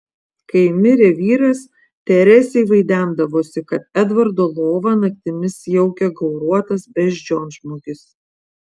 kai mirė vyras teresei vaidendavosi kad edvardo lovą naktimis jaukia gauruotas beždžionžmogis